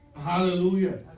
Hallelujah